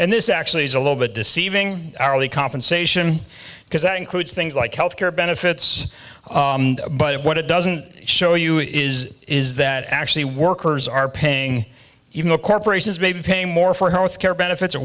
and this actually is a little bit deceiving hourly compensation because that includes things like health care benefits but what it doesn't show you is is that actually workers are paying you know corporations may be paying more for health care benefits